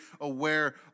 aware